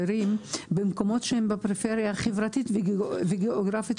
במקומות שהם פריפריה חברתית וגיאוגרפית,